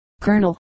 Colonel